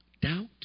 doubt